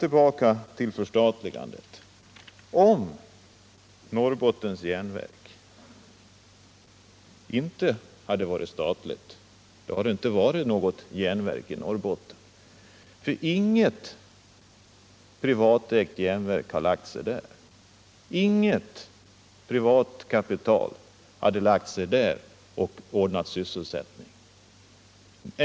Tillbaka till förstatligandet: Om Norrbottens Järnverk inte hade varit statligt hade det inte funnits något järnverk i Norrbotten. Inget privatägt järnverk har lokaliserat sin verksamhet dit. Inget privat kapital skulle ha placerats där och ordnat sysselsättning.